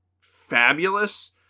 fabulous